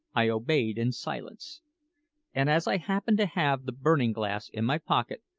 i obeyed in silence and as i happened to have the burning-glass in my pocket,